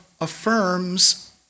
affirms